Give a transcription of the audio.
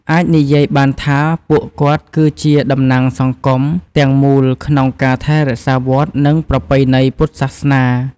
អាចនិយាយបានថា ពួកគាត់គឺជា តំណាងសង្គម ទាំងមូលក្នុងការ ថែរក្សាវត្ត និងប្រពៃណីពុទ្ធសាសនា។